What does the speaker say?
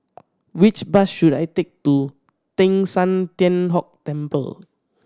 which bus should I take to Teng San Tian Hock Temple